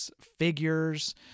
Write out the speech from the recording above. figures